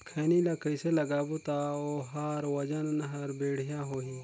खैनी ला कइसे लगाबो ता ओहार वजन हर बेडिया होही?